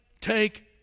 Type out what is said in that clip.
take